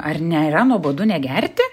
ar nėra nuobodu negerti